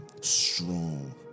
strong